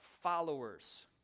followers